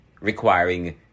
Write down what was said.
requiring